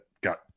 got